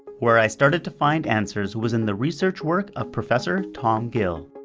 where i started to find answers was in the research work of professor tom gill.